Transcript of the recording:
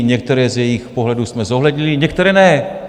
Některé z jejich pohledů jsme zohlednili, některé ne.